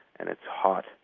and it's hot,